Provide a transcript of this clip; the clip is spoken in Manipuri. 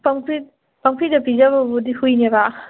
ꯄꯪꯄꯤꯗ ꯄꯤꯖꯕꯕꯨꯗꯤ ꯍꯨꯏꯅꯦꯕ